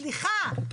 סליחה,